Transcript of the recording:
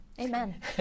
amen